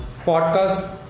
podcast